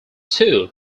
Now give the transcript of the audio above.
too